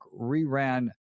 reran